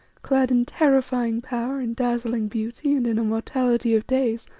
clad in terrifying power, in dazzling beauty and in immortality of days,